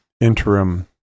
interim